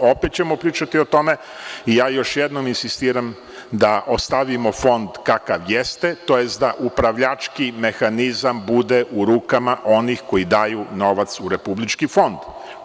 Opet ćemo pričati o tome i još jednom insistiram da ostavimo Fonda kakav jeste tj. da upravljački mehanizam bude u rukama onih koji daju novac u Republički fonda.